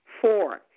Four